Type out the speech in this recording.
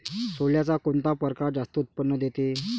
सोल्याचा कोनता परकार जास्त उत्पन्न देते?